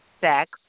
Sex